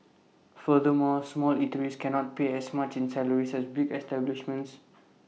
furthermore small eateries cannot pay as much in salaries as bigger establishments